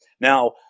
Now